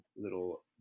little